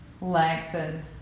lengthen